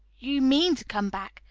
you mean to come back,